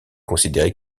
considérée